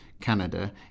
Canada